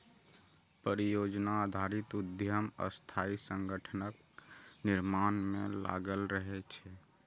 परियोजना आधारित उद्यम अस्थायी संगठनक निर्माण मे लागल रहै छै